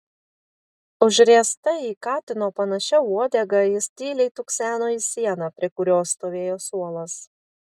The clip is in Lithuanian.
užriesta į katino panašia uodega jis tyliai tukseno į sieną prie kurios stovėjo suolas